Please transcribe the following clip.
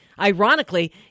Ironically